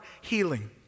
healing